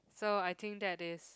so I think that is